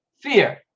fear